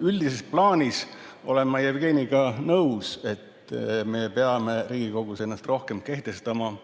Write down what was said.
Üldises plaanis olen ma Jevgeniga nõus, et me peame Riigikogus ennast rohkem kehtestama,